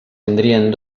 tindrien